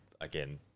again